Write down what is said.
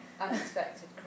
unexpected